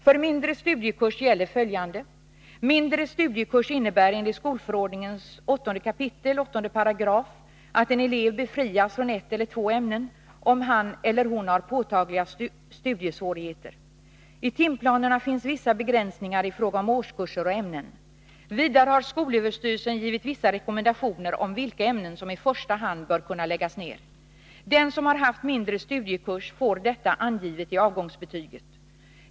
För mindre studiekurs gäller följande: Mindre studiekurs innebär enligt skolförordningens 8 kap. 8 § att en elev befrias från ett eller två ämnen, om han eller hon har påtagliga studiesvårigheter. I timplanerna finns vissa begränsningar i fråga om årskurser och ämnen. Vidare har skolöverstyrelsen givit vissa rekommendationer om vilka ämnen som i första hand bör kunna läggas ner. Den som har haft mindre studiekurs får detta angivet i avgångsbetyget.